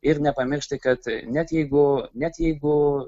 ir nepamiršti kad net jeigu net jeigu